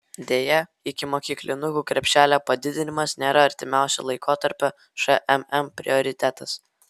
deja ikimokyklinukų krepšelio padidinimas nėra artimiausio laikotarpio šmm prioritetas